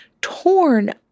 torn